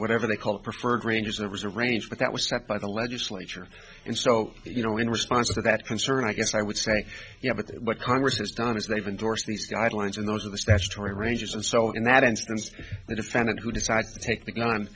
whatever they call preferred ranges there was a range but that was stopped by the legislature and so you know in response to that concern i guess i would say yeah but what congress has done is they've endorsed these guidelines and those are the statutory ranges and so in that instance the defendant who decides to take the gun